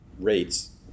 rates